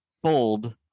Bold